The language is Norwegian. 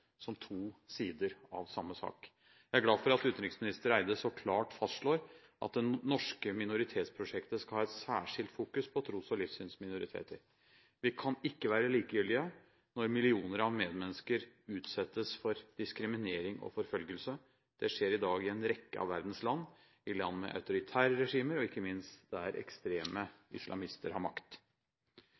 som to sider av samme sak. Jeg er glad for at utenriksminister Barth Eide så klart fastslår at det norske minoritetsprosjektet skal ha et særskilt fokus på tros- og livssynsminoriteter. Vi kan ikke være likegyldige når millioner av medmennesker utsettes for diskriminering og forfølgelse. Det skjer i dag i en rekke av verdens land – i land med autoritære regimer og ikke minst der ekstreme islamister har makt.